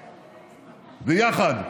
ויחד,